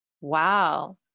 Wow